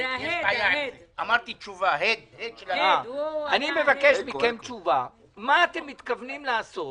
אני מבקש מכם תשובה מה אתם מתכוונים לעשות